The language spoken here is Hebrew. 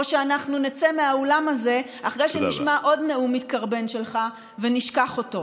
או שאנחנו נצא מהאולם הזה אחרי שנשמע עוד נאום מתקרבן שלך ונשכח אותו?